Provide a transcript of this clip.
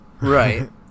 right